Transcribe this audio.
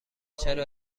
چرا